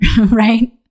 right